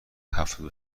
هفتاد